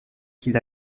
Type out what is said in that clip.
qu’il